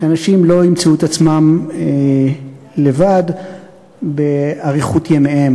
שאנשים לא ימצאו את עצמם לבד באריכות ימיהם.